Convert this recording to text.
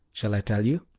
shall i tell you